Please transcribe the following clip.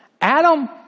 Adam